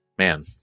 Man